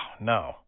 no